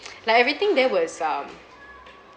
like everything there was um